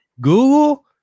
google